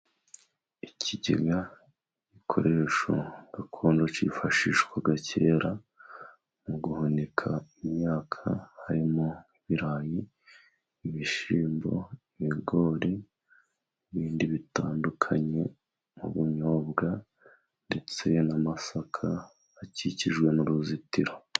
Ikigega gikoresho gakondo cyifashishwaga kera mu guhunika imyaka harimo ibirayi, ibishyimbo, ibigori n'ibindi bitandukanye nk'ubunyobwa ndetse n'amasaka akikijwe n'uruzitiro.